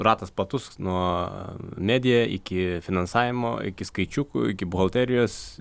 ratas platus nuo media iki finansavimo iki skaičiukų iki buhalterijos